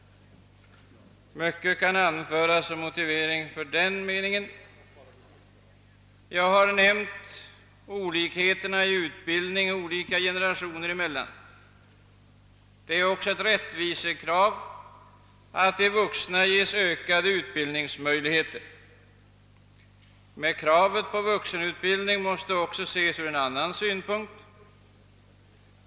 Mycket kan anföras som motivering för den meningen. Jag har nämnt skillnaderna i utbildning olika generationer emellan. Det är ett rättvisekrav att de vuxna ges ökade utbildningsmöjligheter. Men kravet på vuxenutbildning måste också ses ur en annan synpunkt.